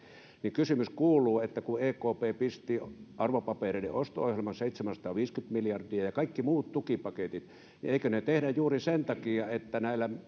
kysymys kuuluu kun ekp pisti arvopapereiden osto ohjelmaan seitsemänsataaviisikymmentä miljardia ja kun on kaikki muut tukipaketit niin eikö niitä tehdä juuri sen takia että näillä